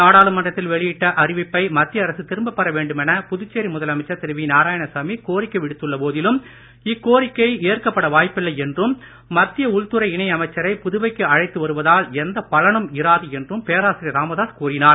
நாடாளுமன்றத்தில் வெளியிட்ட அறிவிப்பை மத்திய அரசு திரும்பப் பெற வேண்டுமென புதுச்சேரி முதலமைச்சர் திரு வி நாராயணசாமி கோரிக்கை விடுத்துள்ள போதிலும் இக்கோரிக்கை ஏற்கப்பட வாய்ப்பில்லை என்றும் மத்திய உள்துறை இணை அமைச்சரை புதுவைக்கு அழைத்து வருவதால் எந்த பலனும் இராது என்றும் பேராசிரியர் ராமதாஸ் கூறினார்